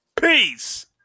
peace